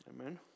Amen